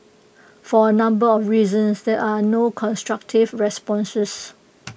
for A number of reasons there are not constructive responses